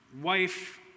wife